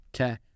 Okay